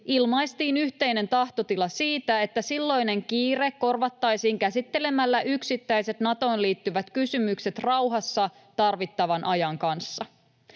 ilmaistiin yhteinen tahtotila siitä, että silloinen kiire korvattaisiin käsittelemällä yksittäiset Natoon liittyvät kysymykset rauhassa, tarvittavan ajan kanssa.